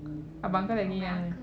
abang kau lagi lah